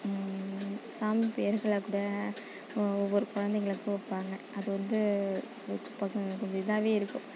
சாமி பேர்களை கூட ஒவ்வொரு குழந்தைகளுக்கு வைப்பாங்க அது வந்து கொஞ்சம் இதாகவே இருக்கும்